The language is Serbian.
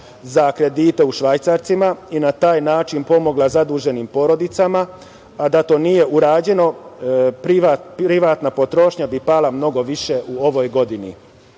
za kredite u švajcarcima i na taj način pomogla zaduženim porodicama, a da to nije urađeno privatna potrošnja bi pala mnogo više u ovoj godini. Na